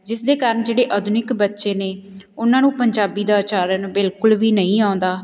ਜਿਸ ਦੇ ਕਾਰਨ ਜਿਹੜੇ ਆਧੁਨਿਕ ਬੱਚੇ ਨੇ ਉਹਨਾਂ ਨੂੰ ਪੰਜਾਬੀ ਦਾ ਉਚਾਰਨ ਬਿਲਕੁਲ ਵੀ ਨਹੀਂ ਆਉਂਦਾ